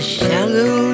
shallow